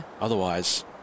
otherwise